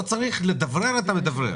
לא צריך לדברר את המדברר.